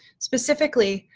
specifically,